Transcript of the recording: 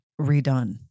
redone